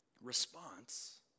response